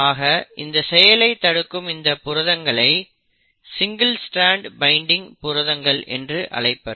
ஆக இந்த செயலை தடுக்கும் இந்த புரதங்களை சிங்கிள் ஸ்ட்ரான்ட் பைன்டிங் புரதங்கள் என்று அழைப்பர்